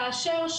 כאשר,